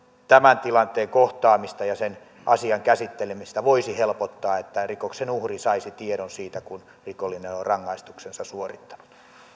tämän tilanteen kohtaamista ja sen asian käsittelemistä voisi helpottaa että rikoksen uhri saisi tiedon siitä kun rikollinen on rangaistuksensa suorittanut